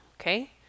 okay